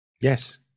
Yes